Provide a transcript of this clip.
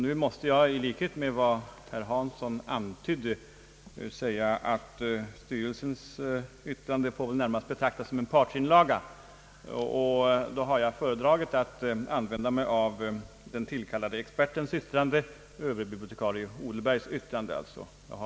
Nu måste jag i likhet med vad herr Hansson antydde säga, att styrelsens yttrande väl närmast får betraktas som en partsinlaga, och då har jag föredragit att använda mig av den tillkallade expertens, överbibliotekarie Odelberg, yttrande. Ang.